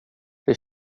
det